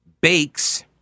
Bakes